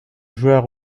joueur